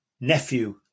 nephew